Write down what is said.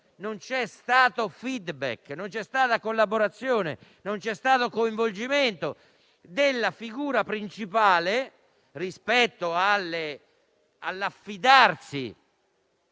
non c'è stato *feedback*, non c'è stata collaborazione, non c'è stato coinvolgimento della figura principale a cui il cittadino deve affidarsi.